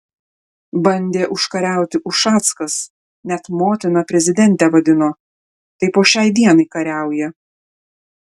bandė užkariauti ušackas net motina prezidentę vadino tai po šiai dienai kariauja